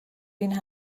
این